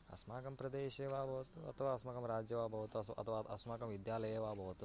अस्माकं प्रदेशे वा भवतु अथवा अस्माकं राज्ये वा भवतु अस् अथवा अस्माकं विद्यालये वा भवतु